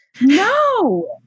No